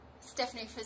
Stephanie